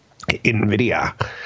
NVIDIA